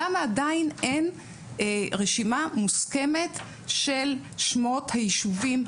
למה עדיין אין רשימה מוסכמת של שמות היישובים,